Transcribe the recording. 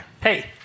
Hey